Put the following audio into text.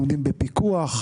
עומדים בפיקוח.